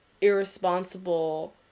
irresponsible